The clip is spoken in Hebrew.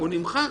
הוא נמחק.